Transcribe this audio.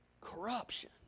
Corruption